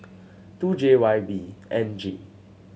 two J Y B N G